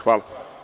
Hvala.